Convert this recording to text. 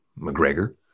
McGregor